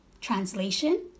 Translation